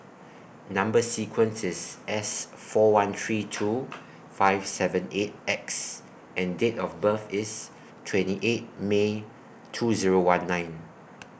Number sequence IS S four one three two five seven eight X and Date of birth IS twenty eight May two Zero one nine